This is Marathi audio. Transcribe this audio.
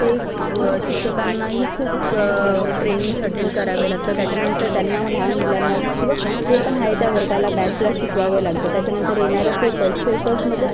चे शिक्षकांनाही खूप ट्रेनिंग्स अटेंड करावे लागतात त्याच्यानंतर त्यांना मग लहान मुलांना किंवा जे पण आहे त्या वर्गाला बॅचला शिकवावं लागतं त्याच्यानंतर येणारं पेपर्स पेपर्समध्ये